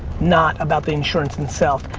not about the insurance itself.